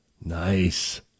Nice